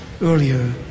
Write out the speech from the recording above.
earlier